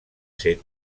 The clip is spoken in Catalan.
ser